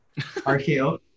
RKO